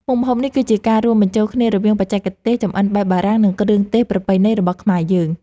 មុខម្ហូបនេះគឺជាការរួមបញ្ចូលគ្នារវាងបច្ចេកទេសចម្អិនបែបបារាំងនិងគ្រឿងទេសប្រពៃណីរបស់ខ្មែរយើង។